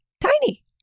tiny